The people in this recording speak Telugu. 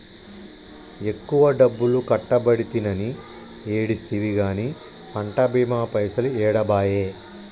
ఎక్కువ డబ్బులు కట్టబడితినని ఏడిస్తివి గాని పంట బీమా పైసలు ఏడబాయే